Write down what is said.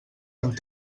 amb